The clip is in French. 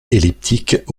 elliptiques